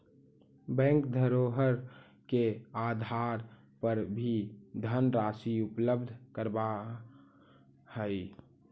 bank धरोहर के आधार पर भी धनराशि उपलब्ध करावऽ हइ